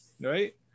Right